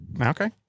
Okay